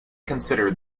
considered